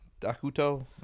Dakuto